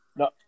No